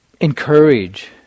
encourage